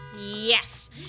Yes